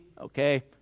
okay